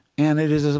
and it is is